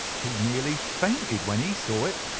he nearly fainted when he saw it.